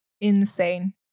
insane